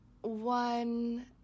one